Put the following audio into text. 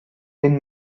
been